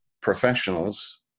professionals